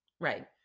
Right